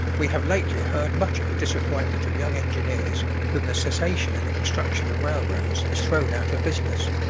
we have lately heard much of the disappointment of young engineers whom the cessation in the construction of railroads has thrown out of business.